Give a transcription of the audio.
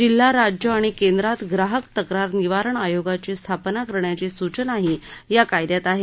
जिल्हा राज्य आणि केंद्रात ग्राहक तक्रार निवारण आयोगाची स्थापना करण्याची सूचनाही या कायद्यात आहे